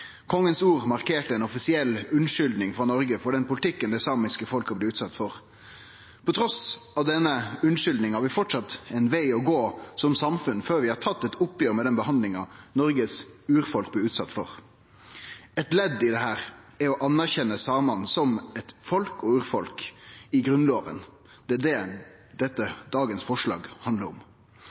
markerte ei offisiell unnskyldning frå Noreg for den politikken det samiske folket hadde blitt utsett for. Trass denne unnskyldninga har vi framleis ein veg å gå som samfunn før vi har tatt eit oppgjer med den behandlinga Noregs urfolk blei utsett for. Eit ledd i dette er å anerkjenne samane som eit folk og urfolk i Grunnloven. Det er dette dagens forslag handlar om.